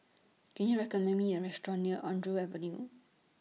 Can YOU recommend Me A Restaurant near Andrew Avenue